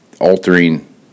altering